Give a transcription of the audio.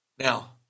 Now